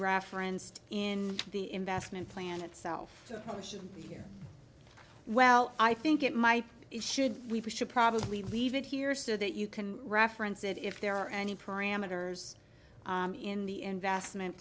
referenced in the investment plan itself or should be here well i think it might should we should probably leave it here so that you can reference it if there are any parameters in the investment